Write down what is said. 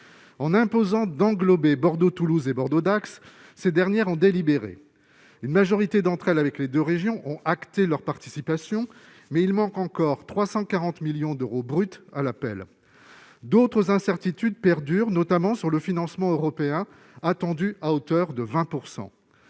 en imposant d'englober Bordeaux-Toulouse et Bordeaux-Dax ces dernières en délibéré, une majorité d'entre elles, avec les 2 régions ont acté leur participation mais il manque encore 340 millions d'euros bruts à l'appel d'autres incertitudes perdurent, notamment sur le financement européen attendu à hauteur de 20